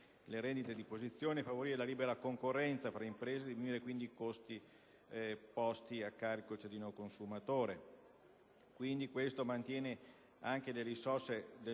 Grazie,